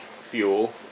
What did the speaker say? fuel